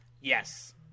Yes